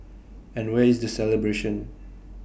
and where is the celebration